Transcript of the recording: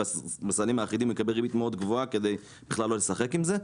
ובסלים האחידים יקבל ריבית מאוד גבוהה כדי בכלל לא לשחק עם זה,